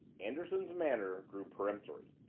anderson's manner grew peremptory.